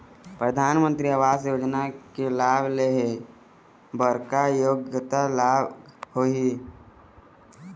परधानमंतरी आवास योजना के लाभ ले हे बर का योग्यता लाग ही?